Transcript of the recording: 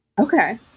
Okay